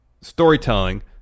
storytelling